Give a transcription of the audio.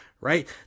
right